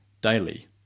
daily